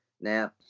Now